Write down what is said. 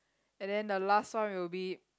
and then the last one will be